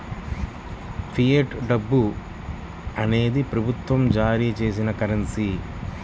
fiat డబ్బు అనేది ప్రభుత్వం జారీ చేసిన కరెన్సీ